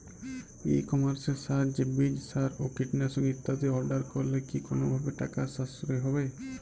ই কমার্সের সাহায্যে বীজ সার ও কীটনাশক ইত্যাদি অর্ডার করলে কি কোনোভাবে টাকার সাশ্রয় হবে?